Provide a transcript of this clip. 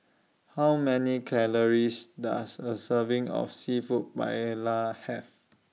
How Many Calories Does A Serving of Seafood Paella Have